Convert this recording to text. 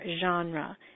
genre